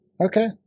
Okay